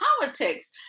politics